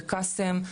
בקאסם,